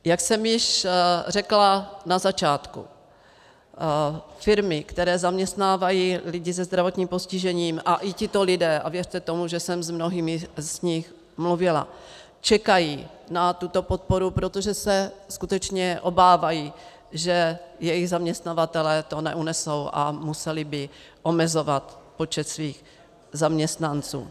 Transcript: Jak jsem již řekla na začátku, firmy, které zaměstnávají lidi se zdravotním postižením, a i tito lidé, a věřte tomu, že jsem s mnohými z nich mluvila, čekají na tuto podporu, protože se skutečně obávají, že jejich zaměstnavatelé to neunesou a museli by omezovat počet svých zaměstnanců.